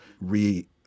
re